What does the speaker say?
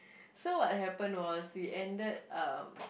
so what happened was we ended um